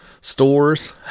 stores